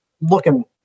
looking